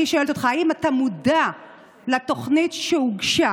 אני שואלת אותך: האם אתה מודע לתוכנית שהוגשה,